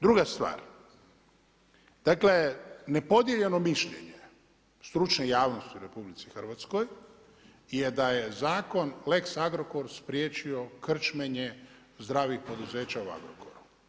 Druga stvar, dakle ne podijeljeno mišljenje stručne javnosti u RH je da je zakon lex Agrokor spriječio krčmenje zdravih poduzeća u Agrokoru.